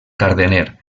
cardener